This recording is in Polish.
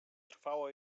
trwało